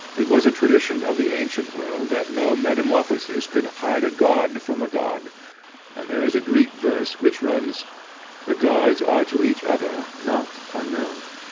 it was a tradition of the ancient world that no metamorphosis could hide a god from a god and there is a greek verse which runs the gods are to each other not unknown.